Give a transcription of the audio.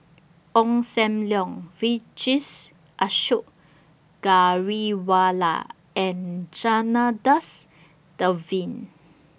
Ong SAM Leong Vijesh Ashok Ghariwala and Janadas Devan